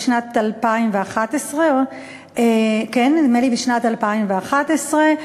נדמה לי בשנת 2011,